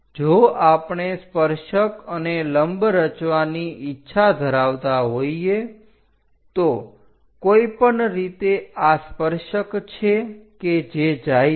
જો આપણે સ્પર્શક અને લંબ રચવાની ઇચ્છા ધરાવતા હોઈએ તો કોઈ પણ રીતે આ સ્પર્શક છે કે જે જાય છે